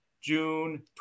June